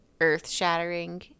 earth-shattering